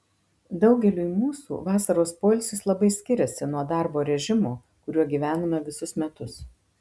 daugeliui mūsų vasaros poilsis labai skiriasi nuo darbo režimo kuriuo gyvename visus metus